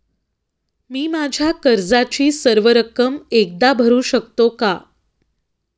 मी माझ्या कर्जाची सर्व रक्कम एकदा भरू शकतो का?